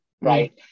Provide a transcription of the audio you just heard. Right